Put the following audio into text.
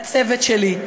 הצוות שלי,